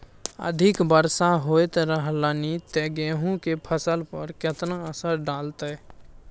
अधिक वर्षा होयत रहलनि ते गेहूँ के फसल पर केतना असर डालतै?